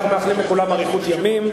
אנחנו מאחלים לכולם אריכות ימים,